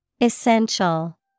Essential